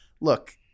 Look